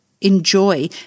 enjoy